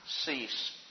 cease